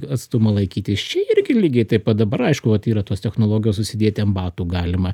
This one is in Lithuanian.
atstumą laikyti čia irgi lygiai taip pat dabar aišku vat yra tos technologijos užsidėti ant batų galima